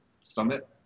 summit